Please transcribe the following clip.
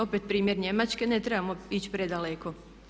Opet primjer Njemačke, ne trebamo ići predaleko.